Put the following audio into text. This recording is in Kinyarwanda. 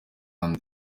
and